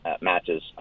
matches